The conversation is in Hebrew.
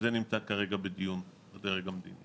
וזה נמצא כרגע בדיון בדרג המדיני.